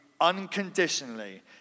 unconditionally